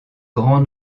grand